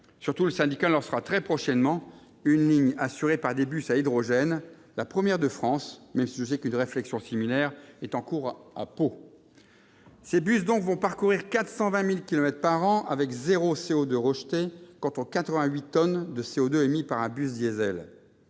Surtout, le syndicat lancera très prochainement une ligne assurée par des bus à hydrogène, la première de France, même si je sais qu'une réflexion similaire est en cours à Pau. Ces bus vont parcourir 420 000 kilomètres par an avec zéro CO2 rejeté, alors qu'un bus diesel